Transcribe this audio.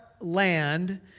land